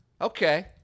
Okay